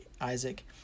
Isaac